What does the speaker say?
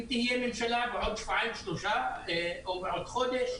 אם תהיה ממשלה בעוד שבועיים שלושה או בעוד חודש,